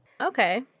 Okay